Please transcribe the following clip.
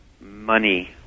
money